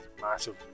massive